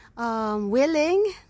Willing